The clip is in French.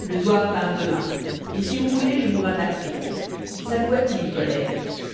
le zouave part demain et si vous voulez je vous rapatrie ça vous va-t-il collègue